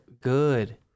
good